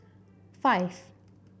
five